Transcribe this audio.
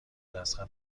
دست